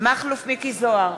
מכלוף מיקי זוהר,